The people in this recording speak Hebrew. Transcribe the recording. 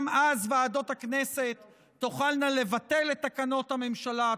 גם אז ועדות הכנסת תוכלנה לבטל את תקנות הממשלה,